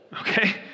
okay